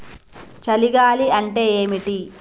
చలి గాలి అంటే ఏమిటి?